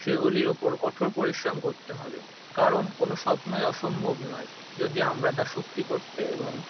সেগুলির ওপর কঠোর পরিশ্রম করতে হবে কারণ কোনো স্বপ্নই অসম্ভব নয় যদি আমরা তা সত্যি করতে এবং